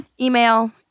Email